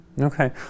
Okay